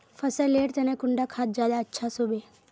फसल लेर तने कुंडा खाद ज्यादा अच्छा सोबे?